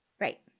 Right